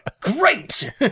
Great